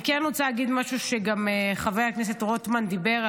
אני כן רוצה להגיד משהו שגם חבר הכנסת רוטמן אמר,